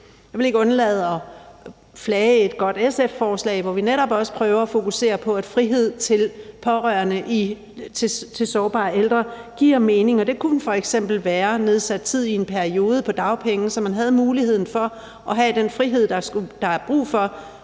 Jeg vil ikke undlade at flage et godt SF-forslag, hvor vi netop også prøver at fokusere på, at frihed til pårørende til sårbare ældre giver mening, og det kunne f.eks. være nedsat tid i en periode på dagpenge, så man havde muligheden for at have den frihed, der er brug for,